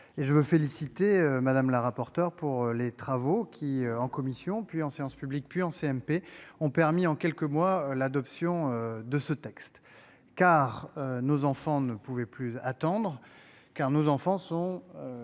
et je veux féliciter madame la rapporteure pour les travaux qui en commission, puis en séance publique puis en CMP ont permis en quelques mois l'adoption de ce texte car nos enfants ne pouvait plus attendre car nos enfants sont.